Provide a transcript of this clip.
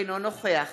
אינו נוכח